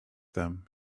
them